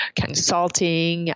consulting